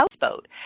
houseboat